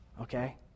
okay